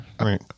Right